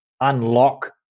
unlock